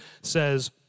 says